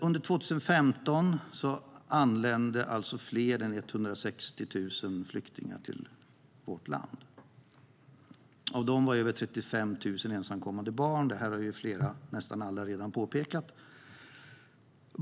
Under 2015 anlände fler än 160 000 flyktingar till vårt land, och av dem var över 35 000 ensamkommande barn. Detta har nästan alla här redan påpekat.